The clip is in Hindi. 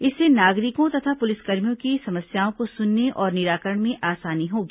इससे नागरिकों तथा पुलिसकर्मियों की समस्याओं को सुनने और निराकरण में आसानी होगी